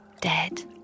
dead